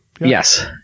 Yes